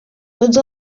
tots